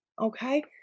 okay